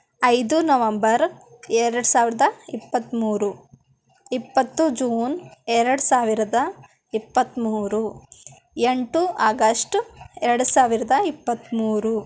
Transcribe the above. ಐದು ನವಂಬರ್ ಎರಡು ಸಾವ್ರದ ಇಪ್ಪತ್ತ್ಮೂರು ಇಪ್ಪತ್ತು ಜೂನ್ ಎರಡು ಸಾವಿರದ ಇಪ್ಪತ್ತ್ಮೂರು ಎಂಟು ಆಗಶ್ಟ್ ಎರಡು ಸಾವಿರದ ಇಪ್ಪತ್ತ್ಮೂರು